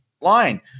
line